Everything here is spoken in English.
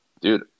dude